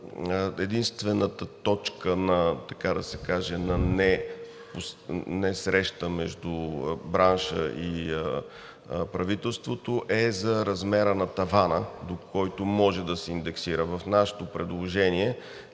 единствената точка на не-среща между бранша и правителството е за размера на тавана, до който може да се индексира. Нашето предложение